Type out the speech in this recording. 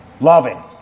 Loving